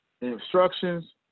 Instructions